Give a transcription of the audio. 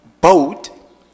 boat